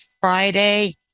Friday